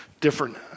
different